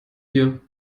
hier